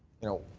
you know,